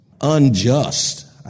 unjust